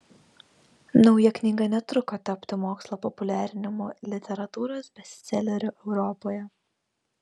nauja knyga netruko tapti mokslo populiarinimo literatūros bestseleriu europoje